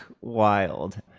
wild